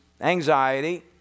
Anxiety